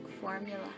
formula